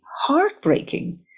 heartbreaking